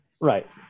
right